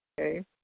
okay